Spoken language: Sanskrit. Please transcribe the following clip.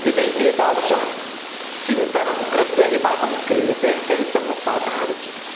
यदि एतादृशं चिन्तनं कृत्वा यदि पाकः क्रियते तर्हि सम्यक् पाकः आगच्छति